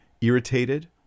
irritated